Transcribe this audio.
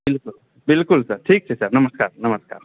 बिल्कुल बिल्कुल ठीक छै सर नमस्कार नमस्कार